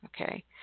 Okay